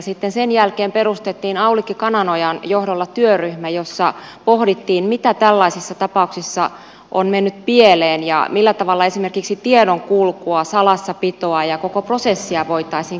sitten sen jälkeen perustettiin aulikki kananojan johdolla työryhmä jossa pohdittiin mitä tällaisissa tapauksissa on mennyt pieleen ja millä tavalla esimerkiksi tiedonkulkua salassapitoa ja koko prosessia voitaisiin kehittää